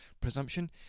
presumption